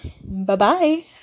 Bye-bye